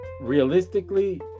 realistically